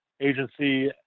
agency